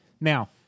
Now